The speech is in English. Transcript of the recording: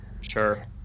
Sure